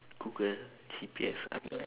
google G_P_S I'm right